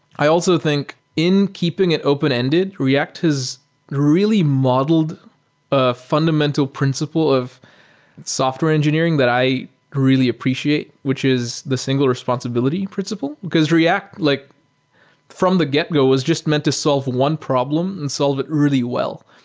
i also think in keeping it open-ended, react has really modeled a fundamental principle of software engineering that i really appreciate, which is the single responsibility principle, because react, like from the get go, was just meant to solve one problem and solve it really well.